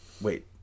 Wait